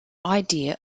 idea